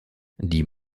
die